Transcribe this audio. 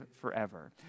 forever